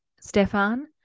Stefan